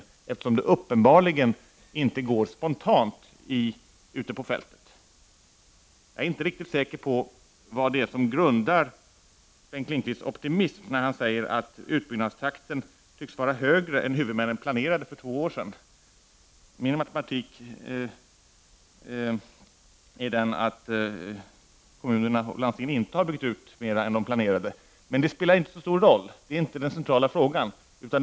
Det går uppenbarligen inte spontant ute på fältet. Jag vet inte vad som är grunden för Bengt Lindqvists optimism när han säger att utbyggnadstakten tycks vara högre än vad huvudmännen planerade för två år sedan. Min matematik säger att kommunerna och landstingen inte har byggt ut mer än de planerade. Det spelar dock inte så stor roll, eftersom det inte är den centrala frågan.